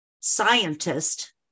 scientist